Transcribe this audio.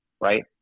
right